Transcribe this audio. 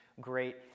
Great